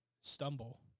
stumble